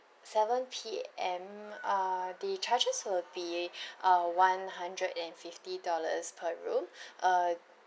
seven P_M ah the charges will be uh one hundred and fifty dollars per room uh